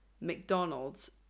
McDonald's